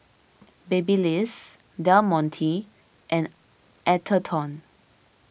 Babyliss Del Monte and Atherton